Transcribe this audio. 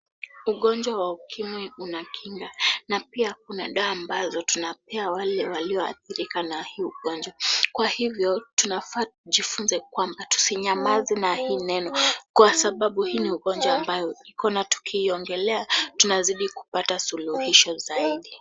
Ugonjwa wa ukimwi una kinga na pia kuna dawa ambazo tunapea wale walioathirika na hii ugonjwa. Kwa hivyo tunafaa tujifunze kwamba tusinyamaze na hii neno. Kwa sababu hii ni ugonjwa ambayo ukiona tukiongelelea tunazidi kupata suluhisho zaidi.